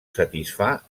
satisfà